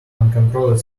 uncontrolled